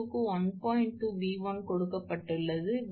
04 KV நடுநிலை மின்னழுத்தத்திற்கு அதிகபட்ச வரி 𝑉1 𝑉2 𝑉3 எனவே அது 25